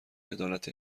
عدالت